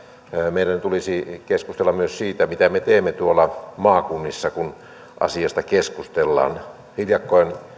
meidän tulisi keskustella myös siitä mitä me teemme tuolla maakunnissa kun asiasta keskustellaan hiljakkoin